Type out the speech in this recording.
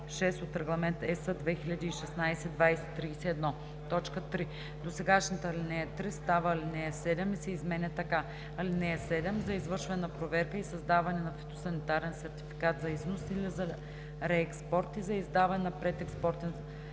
6 от Регламент (ЕС) 2016/2031.“ 3. Досегашната ал. 3 става ал. 7 и се изменя така: „(7) За извършване на проверка и издаване на фитосанитарен сертификат за износ или за реекспорт и за издаване на предекспортен сертификат